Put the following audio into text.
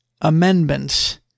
amendments